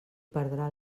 perdrà